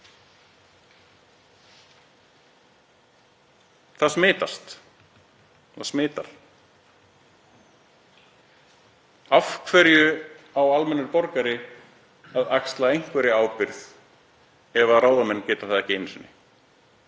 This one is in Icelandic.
og sína. Það smitar. Af hverju á almennur borgari að axla einhverja ábyrgð ef ráðamenn geta það ekki einu sinni?